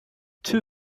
two